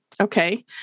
okay